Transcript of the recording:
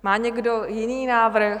Má někdo jiný návrh?